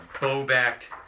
bow-backed